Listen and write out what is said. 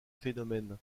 phénomène